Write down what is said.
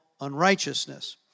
unrighteousness